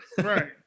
Right